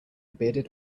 bearded